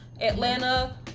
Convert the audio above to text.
atlanta